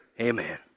Amen